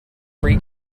free